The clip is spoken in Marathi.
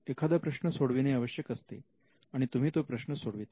एखादा प्रश्न सोडविणे आवश्यक असते आणि तुम्ही तो प्रश्न सोडविता